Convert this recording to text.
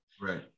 right